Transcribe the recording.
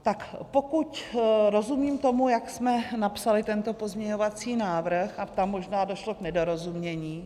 Tak pokud rozumím tomu, jak jsme napsali tento pozměňovací návrh a tam možná došlo k nedorozumění.